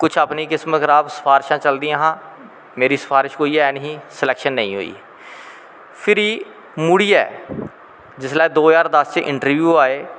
कुश अपनी किस्मत खराब सपारिशां चलदियां हां मेरी सपारिश कोई है नेंई ही स्लैक्शन नेंई होई फिर मुड़ियै जिसलै दो ज्हार दस च इन्ट्रब्यू आए